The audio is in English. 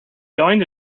going